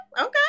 okay